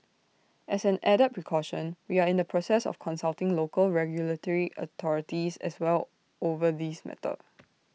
as an added precaution we are in the process of consulting local regulatory authorities as well over this matter